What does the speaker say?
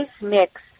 mix